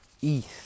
East